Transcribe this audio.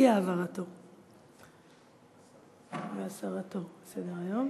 זה אי-העברתו והסרתו מסדר-היום.